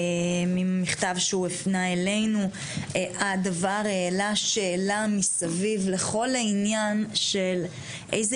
ממכתב שהוא הפנה אלינו הדבר העלה שאלה מסביב לכל העניין של איזה